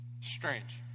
strange